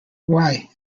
why